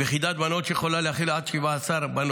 ויחידת בנות, שיכולה להכיל עד 17 בנות.